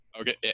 Okay